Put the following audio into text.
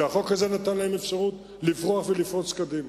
שהחוק הזה נתן להם אפשרות לפרוח ולפרוץ קדימה.